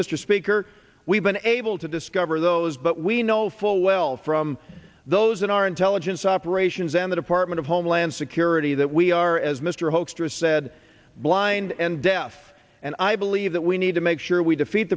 mr speaker we've been able to discover those but we know full well from those in our intelligence operations and the department of homeland security that we are as mr hoekstra said blind and deaf and i believe that we need to make sure we defeat